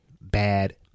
bad